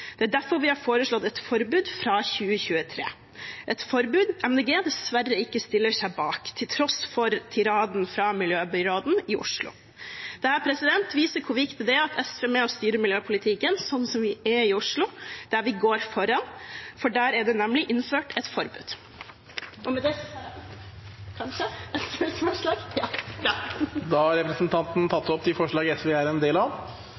Det er derfor vi har foreslått et forbud fra 2023 – et forbud MDG dessverre ikke stiller seg bak til tross for tiraden fra miljøbyråden i Oslo. Dette viser hvor viktig det er at SV er med og styre miljøpolitikken, slik vi er i Oslo, der vi går foran, for der er det nemlig innført et forbud. Med det tar jeg opp det forslaget SV har alene og de forslagene vi har sammen med MDG. Da har representanten